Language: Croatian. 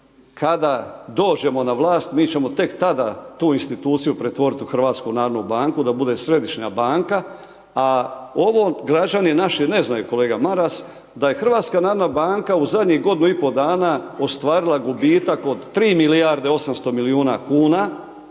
Kada dođemo na vlast mi ćemo tek tada tu instituciju pretvoriti u HNB da bude središnja banka, a ovo građani naši ne znaju kolega Maras da je HNB u zadnjih godinu i po dana ostvarila gubitak od 3 milijarde 800 milijuna kuna,